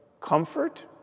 comfort